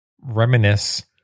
reminisce